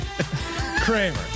Kramer